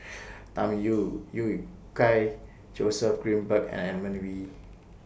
Tham Yui Yui Kai Joseph Grimberg and Edmund Wee